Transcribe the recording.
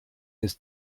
his